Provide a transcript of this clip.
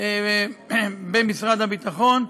במשרד הביטחון,